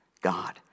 God